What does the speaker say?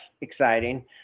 exciting